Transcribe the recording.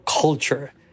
culture